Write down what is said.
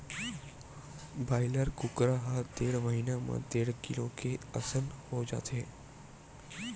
broiler कुकरा ह डेढ़ महिना म डेढ़ किलो के असन हो जाथे